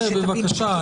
בסדר, בבקשה.